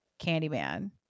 Candyman